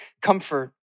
comfort